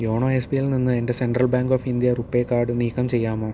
you know S B ഐയിൽ നിന്ന് എൻ്റെ central bank of India RuPay card നീക്കം ചെയ്യാമോ